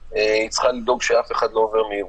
היא צריכה לדאוג שאף אחד לא עובר על המהירות.